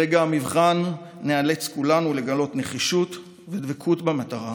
ברגע המבחן ניאלץ כולנו לגלות נחישות ודבקות במטרה,